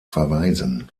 verweisen